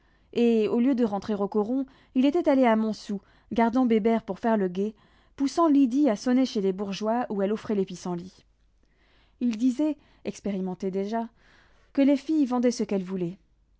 et au lieu de rentrer au coron il était allé à montsou gardant bébert pour faire le guet poussant lydie à sonner chez les bourgeois où elle offrait les pissenlits il disait expérimenté déjà que les filles vendaient ce qu'elles voulaient